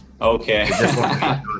Okay